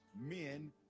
men